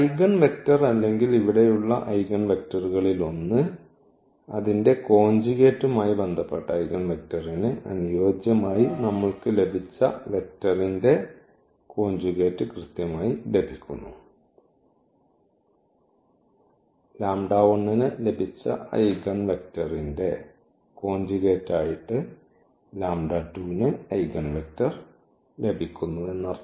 അതിനാൽ ഐഗൺവെക്റ്റർ അല്ലെങ്കിൽ ഇവിടെയുള്ള ഐഗൺവെക്റ്ററുകളിലൊന്ന് അതിന്റെ കോഞ്ചുഗേറ്റ്മായി ബന്ധപ്പെട്ട ഐഗൺവെക്റ്ററിന് അനുയോജ്യമായി നമ്മൾക്ക് ലഭിച്ച വെക്ടർന്റെ കോഞ്ചുഗേറ്റ് കൃത്യമായി ലഭിക്കുന്നു